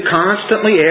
constantly